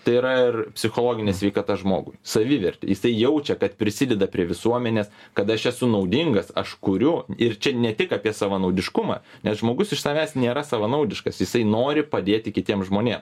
tai yra ir psichologinė sveikata žmogui savivertė jisai jaučia kad prisideda prie visuomenės kad aš esu naudingas aš kuriu ir čia ne tik apie savanaudiškumą nes žmogus iš savęs nėra savanaudiškas jisai nori padėti kitiem žmonėm